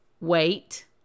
wait